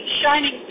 shining